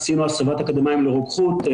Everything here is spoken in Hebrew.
עשינו הסבת אקדמאים לרוקחות,